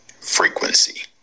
frequency